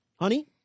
honey